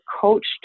coached